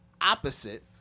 opposite